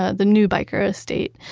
ah the new byker estate,